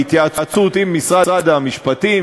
בהתייעצות עם משרד המשפטים,